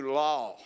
law